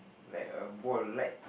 like a ball like